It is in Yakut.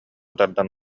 тардан